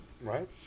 Right